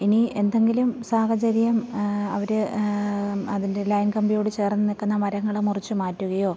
ഇനി എന്തെങ്കിലും സാഹചര്യം അവർ അതിൻ്റെ ലൈൻ കമ്പിയോട് ചേർ നിൽക്കുന്ന മരങ്ങൾ മുറിച്ച് മാറ്റുകയോ